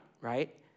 Right